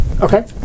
okay